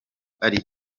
ari